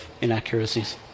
inaccuracies